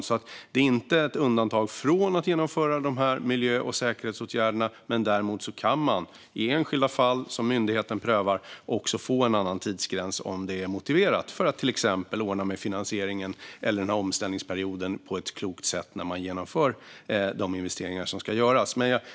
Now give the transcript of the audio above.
Det är alltså inte ett undantag från att genomföra de här miljö och säkerhetsåtgärderna, men däremot kan man, i enskilda fall som myndigheten prövar, få en annan tidsgräns om det är motiverat för att till exempel ordna med finansieringen eller omställningsperioden på ett klokt sätt när man genomför de investeringar som ska göras.